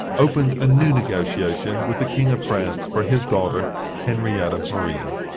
opened a new negotiation with the king of france for his daughter henrietta maria.